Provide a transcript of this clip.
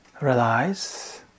realize